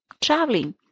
traveling